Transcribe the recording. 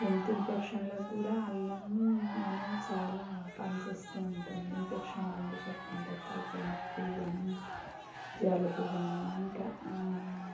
గొంతు ఇన్ఫెక్షన్లకు కూడా అల్లం అనేది చాలా పని చేస్తూ ఉంటుంది ఇన్ఫెక్షన్లని శక్తి అంటే అది తలకాయ నొప్పి కానీ జలుబు కానీ ఇంకా